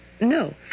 No